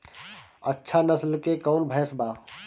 अच्छा नस्ल के कौन भैंस बा?